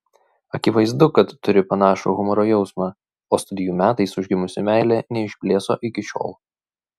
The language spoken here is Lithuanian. akivaizdu kad turi panašų humoro jausmą o studijų metais užgimusi meilė neišblėso iki šiol